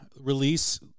release